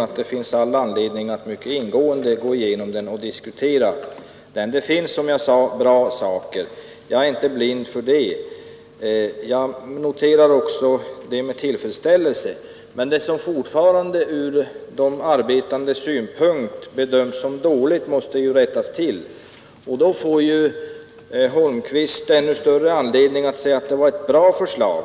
att det finns all anledning att mycket noga gå igenom och diskutera den. Det finns, som jag sade också bra saker där — jag är inte blind för det — och jag noterar också detta med tillfredsställelse. Men det som fortfarande ur de arbetandes synpunkt bedöms som dåligt måste ju rättas till — därigenom kommer herr Holmqvist att få ännu större anledning att säga att det är ett bra förslag.